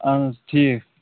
اہن حظ ٹھیٖک